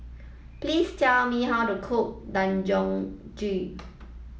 please tell me how to cook